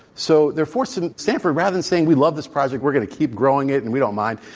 so they're forced to stanford, rather than saying, we love this project we're going to keep growing it and we don't mind.